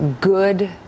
good